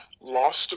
lost